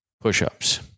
push-ups